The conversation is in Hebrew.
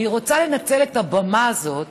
אני רוצה לנצל את הבמה הזאת